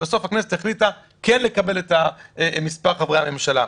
ובסוף הכנסת החליטה כן לקבל את מספר חברי הממשלה.